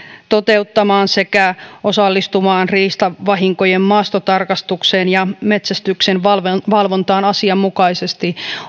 toteuttamaan sekä osallistumaan riistavahinkojen maastotarkastukseen ja metsästyksen valvontaan asianmukaisesti